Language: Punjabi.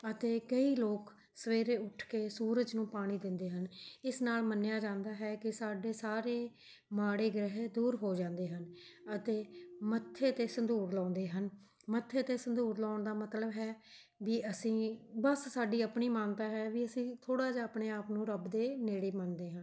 ਅਤੇ ਕਈ ਲੋਕ ਸਵੇਰੇ ਉੱਠ ਕੇ ਸੂਰਜ ਨੂੰ ਪਾਣੀ ਦਿੰਦੇ ਹਨ ਇਸ ਨਾਲ਼ ਮੰਨਿਆ ਜਾਂਦਾ ਹੈ ਕਿ ਸਾਡੇ ਸਾਰੇ ਮਾੜੇ ਗ੍ਰਹਿ ਦੂਰ ਹੋ ਜਾਂਦੇ ਹਨ ਅਤੇ ਮੱਥੇ 'ਤੇ ਸੰਧੂਰ ਲਾਉਂਦੇ ਹਨ ਮੱਥੇ 'ਤੇ ਸੰਧੂਰ ਲਾਉਣ ਦਾ ਮਤਲਬ ਹੈ ਵੀ ਅਸੀਂ ਬਸ ਸਾਡੀ ਆਪਣੀ ਮਾਨਤਾ ਹੈ ਵੀ ਅਸੀਂ ਥੋੜ੍ਹਾ ਜਿਹਾ ਆਪਣੇ ਆਪ ਨੂੰ ਰੱਬ ਦੇ ਨੇੜੇ ਮੰਨਦੇ ਹਾਂ